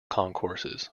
concourses